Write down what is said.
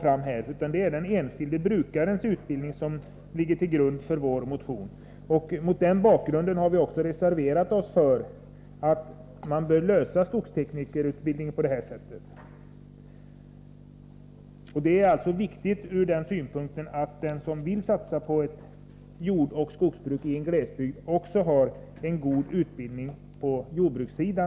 Det är nämligen den enskilde brukarens utbildning som ligger till grund för vår motion. Mot den bakgrunden har vi reserverat oss. Vi menar att man bör eftersträva en sådan lösning beträffande skogsteknikerutbildningen som jag här redogjort för. Det är viktigt ur den synpunkten att den som vill satsa på både jordbruk och skogsbruk i glesbygd också skall ha god utbildning på jordbrukssidan.